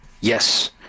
Yes